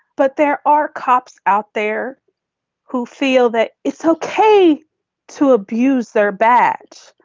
but there are cops out there who feel that it's okay to abuse their badge.